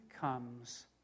comes